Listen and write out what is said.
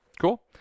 Cool